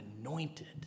anointed